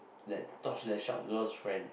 let torch that short girl's friend